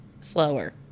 slower